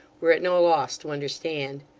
were at no loss to understand.